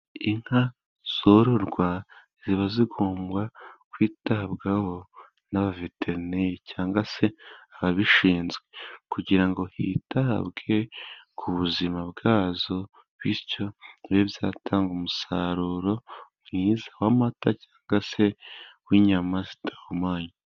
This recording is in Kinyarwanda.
Inka zororwa ziba zigomba kwitabwaho n'abaveterineri, cyangwa se ababishinzwe, kugira ngo hitabwe ku buzima bwazo bityo zibe zatanga umusaruro mwiza w'amata, cyangwa se w'inyama zidahumanye.